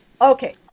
Okay